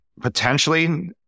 Potentially